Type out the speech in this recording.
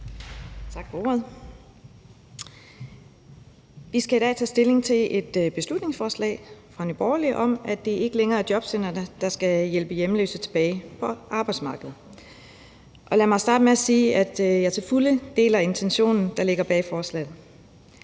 Vi skal i dag tage stilling til et beslutningsforslag fra Nye Borgerlige om, at det ikke længere er jobcentrene, der skal hjælpe hjemløse tilbage på arbejdsmarkedet. Og lad mig starte med at sige, at jeg til fulde deler intentionen, der ligger bag forslaget.